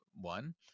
one